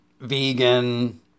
vegan